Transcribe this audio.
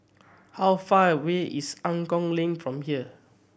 how far away is Angklong Lane from here